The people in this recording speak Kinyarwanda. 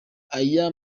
aya